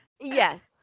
Yes